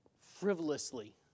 frivolously